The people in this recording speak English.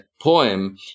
poem